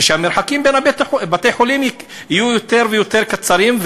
ושהמרחקים בין בתי-החולים יהיו יותר ויותר קצרים,